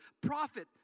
prophets